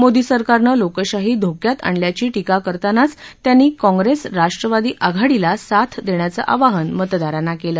मोदी सरकारनं लोकशाही धोक्यात आणल्याची टीका करतानाच त्यांनी काँग्रेस राष्ट्रवादी आघाडीला साथ देण्याचं आवाहन मतदारांना केलं